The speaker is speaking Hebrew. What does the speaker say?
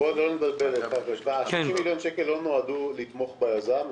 בואו לא נתבלבל: ה-30 מיליון שקלים לא נועדו לתמוך ביזם.